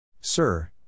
Sir